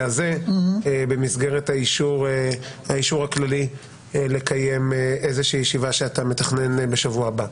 הזה במסגרת האישור הכללי לקיים איזושהי ישיבה שאתה מתכנן בשבוע הבא.